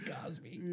Cosby